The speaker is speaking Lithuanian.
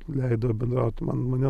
leido bendrauti man mane